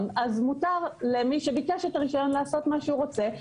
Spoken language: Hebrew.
אז ניתן למי שביקש את הרישיון לעשות מה שהוא רוצה,